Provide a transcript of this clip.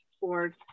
board